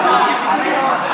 התקבלה.